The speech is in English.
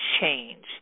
change